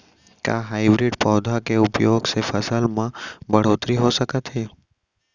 का हाइब्रिड पौधा के उपयोग से फसल म बढ़होत्तरी हो सकत हे?